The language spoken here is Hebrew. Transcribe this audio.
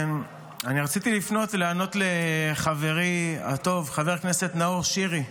רציתי לפנות ולענות לחברי הטוב חבר הכנסת נאור שירי.